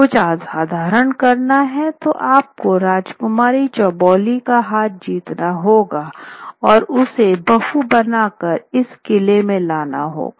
कुछ असाधारण करना है तो आपको राजकुमारी चौबोली का हाथ जीतना होगा और उसे बहु बनाकर इस किले में लाना होगा